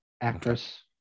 actress